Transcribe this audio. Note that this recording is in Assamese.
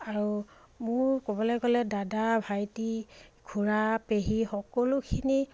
আৰু মোৰ ক'বলে গ'লে দাদা ভাইটি খুৰা পেহী সকলোখিনি